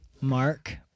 Mark